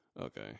Okay